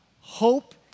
hope